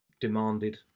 demanded